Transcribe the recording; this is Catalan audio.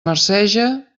marceja